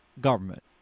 government